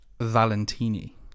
Valentini